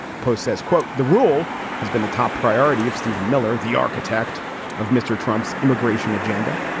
post says, quote, the rule has been the top priority of steven miller, the architect of mr trump's immigration agenda.